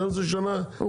12 שנה אבל זה מה שיקרה,